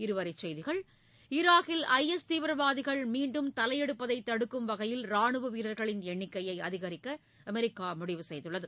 இருவரிச் செய்திகள் ஈராக்கில் ஐ எஸ் தீவிரவாதிகள் மீண்டும் தலையெடுப்பதை தடுக்கும் வகையில் ராணுவ வீரர்களின் எண்ணிக்கையை அதிகரிக்க அமெரிக்கா முடிவு செய்துள்ளது